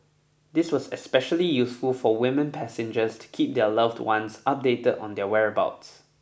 this was especially useful for women passengers to keep their loved ones updated on their whereabouts